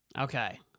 Okay